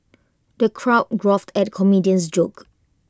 the crowd guffawed at the comedian's jokes